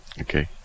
Okay